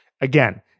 Again